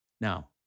Now